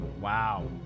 Wow